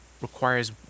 requires